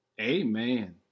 amen